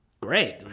great